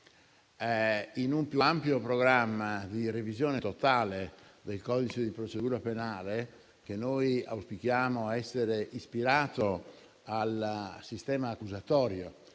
in un più ampio programma di revisione totale del codice di procedura penale, che noi auspichiamo essere ispirato al sistema accusatorio.